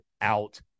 out